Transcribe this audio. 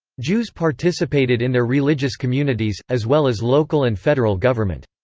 jews participated in their religious communities, as well as local and federal government.